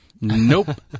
Nope